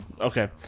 Okay